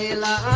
la